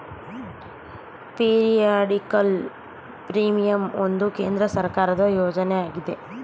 periodical premium ಒಂದು ಕೇಂದ್ರ ಸರ್ಕಾರದ ಯೋಜನೆ ಆಗಿದೆ